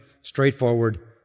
straightforward